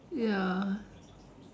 ya